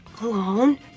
alone